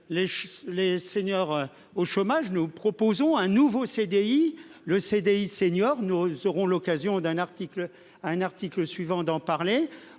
les seniors au chômage. Nous proposons un nouveau CDI, le CDI seniors, nous aurons l'occasion d'un article à un article suivant d'en parler.